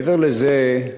מעבר לזה,